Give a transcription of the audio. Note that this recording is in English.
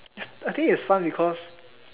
I I think it's fun because